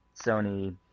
Sony